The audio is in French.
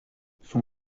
son